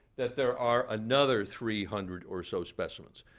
that there are another three hundred or so specimens.